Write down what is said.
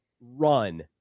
run